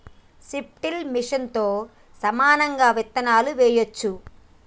strip till మెషిన్తో సమానంగా విత్తులు వేయొచ్చు